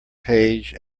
page